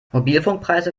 mobilfunkpreise